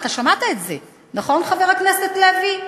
אתה שמעת את זה, נכון, חבר הכנסת לוי?